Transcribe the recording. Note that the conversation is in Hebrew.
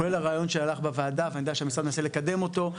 כולל הרעיון שהלך בוועדה ואני יודע שהמשרד מנסה לקדם אותו,